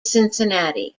cincinnati